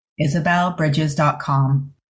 isabelbridges.com